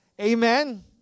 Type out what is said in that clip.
Amen